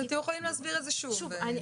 אתם יכולים להסביר את זה שוב.